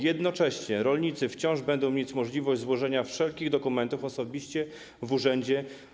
Jednocześnie rolnicy wciąż będą mieć możliwość złożenia wszelkich dokumentów osobiście w urzędzie.